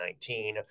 2019